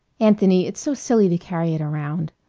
anthony, it's so silly to carry it around.